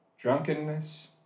drunkenness